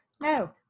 No